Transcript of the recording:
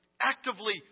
actively